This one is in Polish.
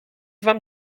wam